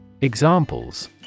Examples